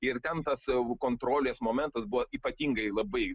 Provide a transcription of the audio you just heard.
ir ten tas kontrolės momentas buvo ypatingai labai